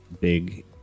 big